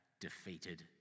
defeated